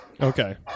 Okay